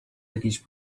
jakiejś